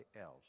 else